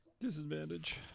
Disadvantage